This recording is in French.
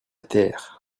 terre